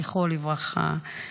זכרו לברכה,